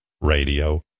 radio